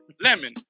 Lemon